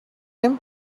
him